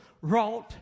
wrought